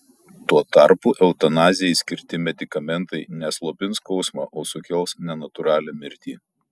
tuo tarpu eutanazijai skirti medikamentai ne slopins skausmą o sukels nenatūralią mirtį